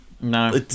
No